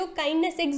kindness